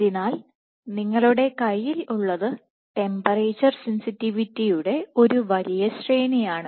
അതിനാൽ നിങ്ങളുടെ കൈയിൽ ഉള്ളത് ടെമ്പറേച്ചർ സെൻസിറ്റിവിറ്റിയുടെ ഒരു വലിയ ശ്രേണിയാണ്